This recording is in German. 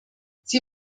sie